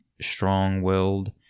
strong-willed